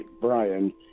Brian